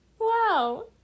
Wow